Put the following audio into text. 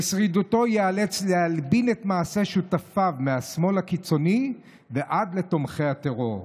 לשרידותו ייאלץ להלבין את מעשי שותפיו מהשמאל הקיצוני ועד לתומכי הטרור.